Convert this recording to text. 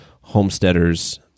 homesteaders